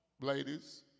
ladies